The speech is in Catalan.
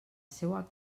seua